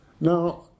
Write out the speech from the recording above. Now